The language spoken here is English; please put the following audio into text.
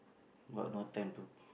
but no time to